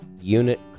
unit